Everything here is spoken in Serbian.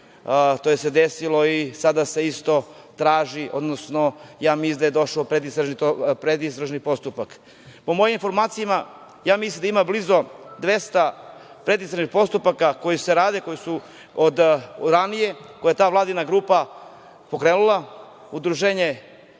To se desilo i sada se isto traži, odnosno ja mislim da je došao predistražni postupak. Po mojim informacijama, ja mislim da ima blizu 200 predistražnih postupaka koji su se radili, koji su od ranije koje je ta Vladina grupa pokrenula, udruženje